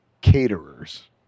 caterers